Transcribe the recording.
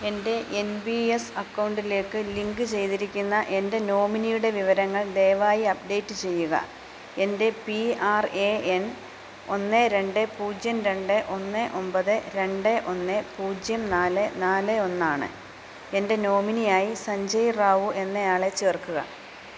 എൻ്റെ N P S അക്കൗണ്ടിലേക്ക് link ചെയ്തിരിക്കുന്ന എൻ്റെ നോമിനിയുടെ വിവരങ്ങൾ ദയവായി അപ്ഡേറ്റ് ചെയ്യുക എൻ്റെ പി ആർ എ എൻ ഒന്ന് രണ്ട് പൂജ്യം രണ്ട് ഒന്ന് ഒമ്പത് രണ്ട് ഒന്ന് പൂജ്യം നാല് നാല് ഒന്നാണ് എൻ്റെ നോമിനിയായി സഞ്ജയ് റാവു എന്നയാളെ ചേർക്കുക